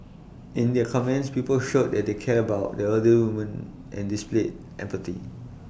in their comments people showed that they cared about the elderly woman and displayed empathy